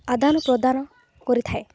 ଆଦାନପ୍ରଦାନ କରିଥାଏ